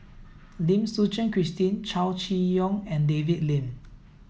Lim Suchen Christine Chow Chee Yong and David Lim